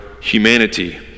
humanity